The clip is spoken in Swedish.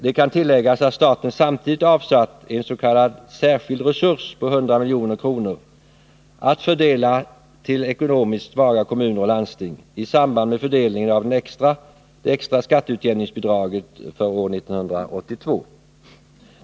Det kan tilläggas att staten samtidigt avsatt en s.k. särskild resurs på 100 milj.kr. att fördela till ekonomiskt svaga kommuner och landsting i samband med fördelning av det extra skatteutjämningsbidraget för år 1982.